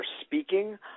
speaking